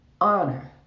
honor